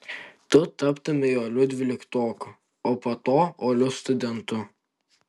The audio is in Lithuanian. tu taptumei uoliu dvyliktoku o po to uoliu studentu